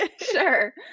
Sure